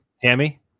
Tammy